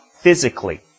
physically